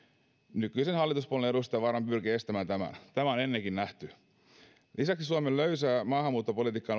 nykyisen hallituspuolueen edustaja varmaan pyrkii estämään tämän tämä on ennenkin nähty lisäksi suomen löysää maahanmuuttopolitiikkaa